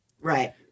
right